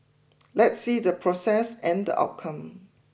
let's see the process and the outcome